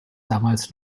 damals